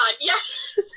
yes